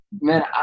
Man